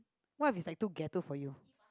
what if it's like too ghetto for you